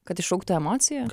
kad išauktų emociją